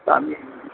আমি